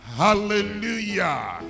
Hallelujah